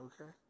Okay